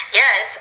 yes